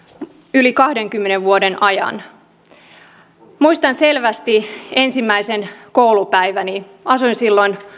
yli kahdenkymmenen vuoden takaa muistan selvästi ensimmäisen koulupäiväni asuin silloin